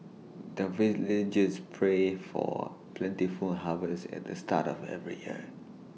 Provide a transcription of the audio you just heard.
the villagers pray for plentiful harvest at the start of every year